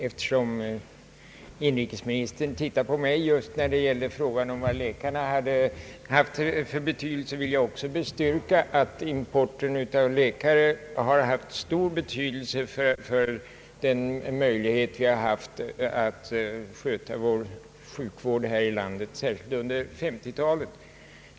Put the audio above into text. Eftersom inrikesministern såg på mig när frågan om läkarnas betydelse i det här sammanhanget diskuterades vill jag också bekräfta att importen av läkare — särskilt under 1950-talet — har spelat en stor roll för våra möjligheter att sköta sjukvården tillfredsställande.